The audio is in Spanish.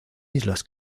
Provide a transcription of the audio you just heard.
islas